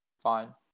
fine